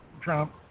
Trump